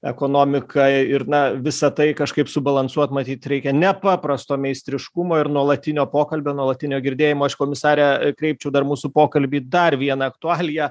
ekonomika ir na visa tai kažkaip subalansuot matyt reikia nepaprasto meistriškumo ir nuolatinio pokalbio nuolatinio girdėjimo aš komisare kreipčiau dar mūsų pokalbį į dar vieną aktualiją